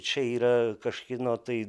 čia yra kažkieno tai